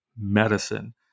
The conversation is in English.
Medicine